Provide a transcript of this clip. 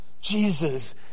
Jesus